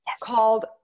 called